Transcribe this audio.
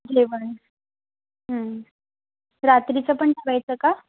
जेवण रात्रीचं पण ठेवायचं का